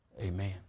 amen